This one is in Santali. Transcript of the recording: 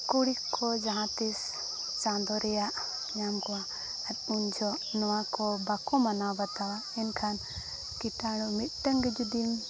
ᱠᱩᱲᱤ ᱠᱚ ᱡᱟᱦᱟᱸᱛᱤᱥ ᱪᱟᱸᱫᱳ ᱨᱮᱭᱟᱜ ᱧᱟᱢ ᱠᱚᱣᱟ ᱟᱨ ᱩᱱᱡᱚᱦᱚᱜ ᱱᱚᱣᱟ ᱠᱚ ᱵᱟᱠᱚ ᱢᱟᱱᱟᱣ ᱵᱟᱛᱟᱣᱟ ᱮᱱᱠᱷᱟᱱ ᱠᱤᱴᱟᱲ ᱢᱤᱫᱴᱟᱝ ᱜᱮ ᱡᱩᱫᱤᱢ